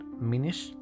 minish